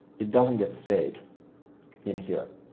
it doesn't get saved in here.